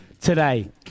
today